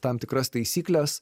tam tikras taisykles